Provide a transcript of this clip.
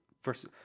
First